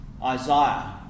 Isaiah